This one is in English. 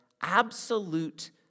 absolute